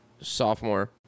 sophomore